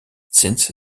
since